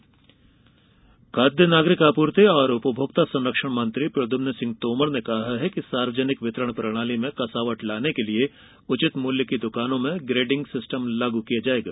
प्रद्यम्न खाद्य नागरिक आपूर्ति एवं उपभोक्ता संरक्षण मंत्री प्रद्यम्न सिंह तोमर ने कहा है कि सार्वजनिक वितरण प्रणाली में कसावट लाने के लिये उचित मूल्य की दुकानों में ग्रेडिंग सिस्टम लागू किया जाएगा